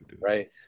Right